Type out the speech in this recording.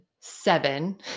seven